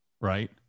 right